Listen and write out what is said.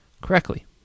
correctly